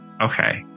Okay